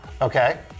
Okay